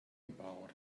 about